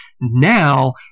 Now